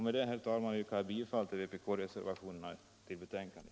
Med detta, herr talman, yrkar jag bifall till vpk-reservationerna vid betänkandet.